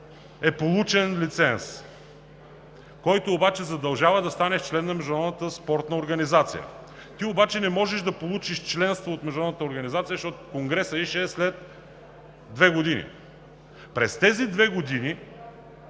е получен лиценз, който обаче задължава да станеш член на Международната спортна организация. Ти обаче не можеш да получиш членство от Международната спортна организация, защото конгресът ѝ ще е след две години. През тези две години